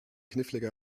knifflige